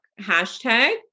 hashtag